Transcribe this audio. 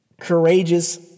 courageous